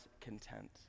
content